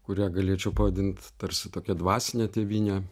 kurią galėčiau pavadint tarsi tokia dvasine tėvyne